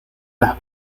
las